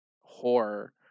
horror